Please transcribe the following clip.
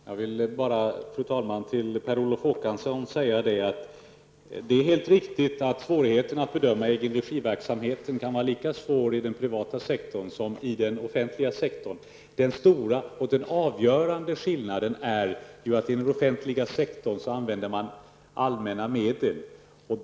Fru talman! Jag vill till Per Olof Håkansson säga att det är helt riktigt att svårigheten att bedöma verksamhet i egen regi kan vara lika svår i den privata sektorn som i den offentliga sektorn. Den stora och avgörande skillnaden är att man använder allmänna medel i den offentliga sektorn.